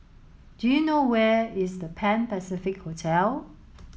do you know where is The Pan Pacific Hotel